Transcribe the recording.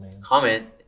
comment